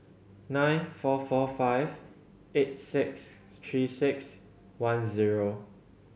nine four four five eight six Three Six One zero